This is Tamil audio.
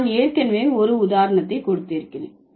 நான் ஏற்கனவே ஒரு உதாரணத்தை கொடுத்திருக்கிறேன்